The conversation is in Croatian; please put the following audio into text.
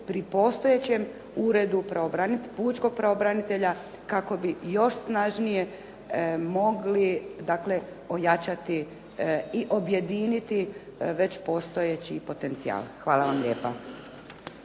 pri postojećem Uredu pučkog pravobranitelja kako bi još snažnije mogli dakle ojačati i objediniti već postojeći potencijal. Hvala vam lijepa.